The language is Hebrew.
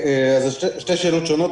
שתי שאלות שונות.